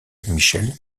michel